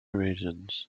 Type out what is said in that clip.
regions